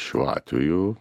šiuo atveju